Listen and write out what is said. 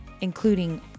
including